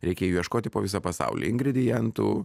reikia jų ieškoti po visą pasaulį ingredientų